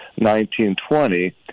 1920